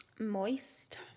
Moist